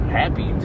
happy